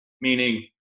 meaning